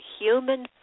human